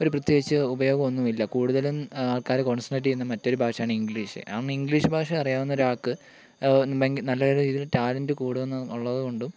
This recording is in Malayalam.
ഒരു പ്രതേകിച്ച് ഉപയോഗമൊന്നുമില്ല കൂടുതലും ആൾക്കാർ കോൺസെൻട്രേറ്റ് ചെയ്യുന്നത് മറ്റൊരു ഭാഷയാണ് ഇംഗ്ലീഷ് എന്നാണ് ഇംഗ്ലീഷ് ഭാഷ അറിയാവുന്ന ഒരാൾക്ക് ഭയങ്കര നല്ല രീതിയിൽ ടാലൻറ്റ് കൂടും എന്നുള്ളത് കൊണ്ടും